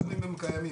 גם אם הם קיימים.